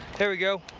here we go.